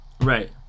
Right